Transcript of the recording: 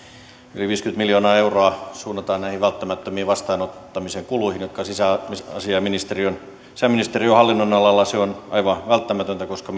yli viisikymmentä miljoonaa euroa suunnataan näihin välttämättömiin vastaanottamisen kuluihin jotka sisäasiainministeriön hallinnonalalla ovat aivan välttämättömiä koska